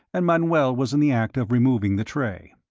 and manoel was in the act of removing the tray.